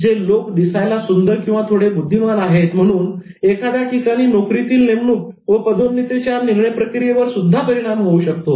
जे लोक दिसायला सुंदर किंवा थोडे बुद्धिमान आहेत म्हणून एखादया ठिकाणी नोकरीतील नेमणुक व पदोन्नती च्या निर्णय प्रक्रियेवर सुद्धा परिणाम होऊ शकतो